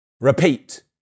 repeat